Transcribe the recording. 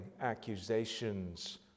accusations